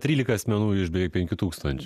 trylika asmenų išdavė penkių tūkstanč